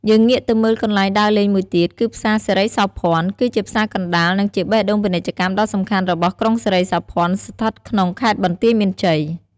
យើងងាកទៅមើកន្លែងដើរលេងមួយទៀតគឺផ្សារសិរីសោភ័ណ គឺជាផ្សារកណ្ដាល និងជាបេះដូងពាណិជ្ជកម្មដ៏សំខាន់របស់ ក្រុងសិរីសោភ័ណ ស្ថិតក្នុងខេត្តបន្ទាយមានជ័យ។